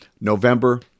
November